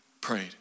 prayed